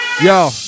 Yo